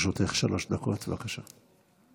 לרשותך שלוש דקות, בבקשה.